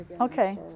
Okay